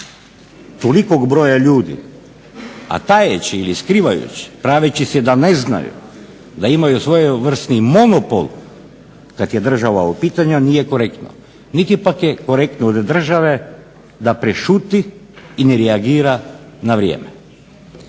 tolikog broja ljudi, a tajeći ili skrivajući, praveći se da ne znaju, da imaju svojevrsni monopol kad je država u pitanju nije korektno niti je pak korektno od države da prešuti i ne reagira na vrijeme.